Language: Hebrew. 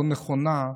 לא נכונה.